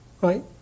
right